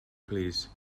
plîs